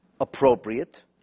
appropriate